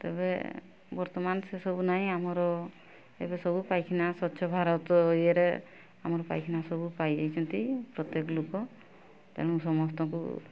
ତେବେ ବର୍ତ୍ତମାନ ସେସବୁ ନାହିଁ ଆମର ଏବେ ସବୁ ପାଇଖାନା ସ୍ଵଚ୍ଛ ଭାରତ ଇଏରେ ଆମର ପାଇଖାନା ସବୁ ପାଇଯାଇଛନ୍ତି ପ୍ରତ୍ୟେକ ଲୋକ ତେଣୁ ସମସ୍ତଙ୍କୁ